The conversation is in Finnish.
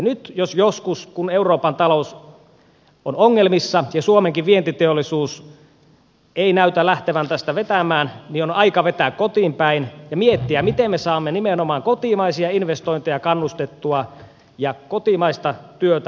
nyt jos koskaan kun euroopan talous on ongelmissa ja suomenkaan vientiteollisuus ei näytä lähtevän tästä vetämään on aika vetää kotiinpäin ja miettiä miten me saamme nimenomaan kotimaisia investointeja kannustettua ja kotimaista työtä nostettua arvoon